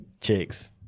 chicks